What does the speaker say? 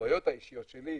החוויות האישיות שלי,